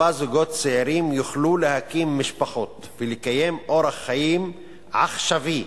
זוגות צעירים יוכלו להקים בה משפחות ולקיים אורח חיים עכשווי,